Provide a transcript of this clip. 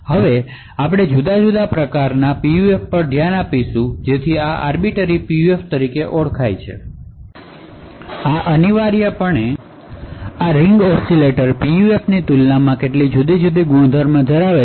હવે આપણે જુદા પ્રકારના PUF પર ધ્યાન આપીશું જે આર્બિટર PUF તરીકે ઓળખાય છે અને આ રીંગ ઓસિલેટર PUFની તુલનામાં કેટલાક જુદી ગુણધર્મો ધરાવે છે